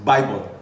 Bible